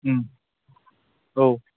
औ